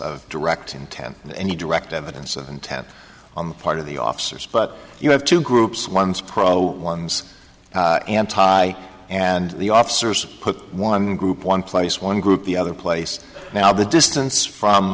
of direct intent in any direct evidence and tap on the part of the officers but you have two groups one's pro one's anti and the officers put one group one place one group the other place now the distance from